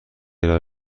ارائه